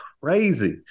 crazy